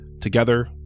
Together